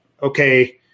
okay